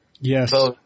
Yes